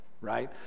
right